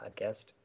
podcast